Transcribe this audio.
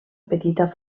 petita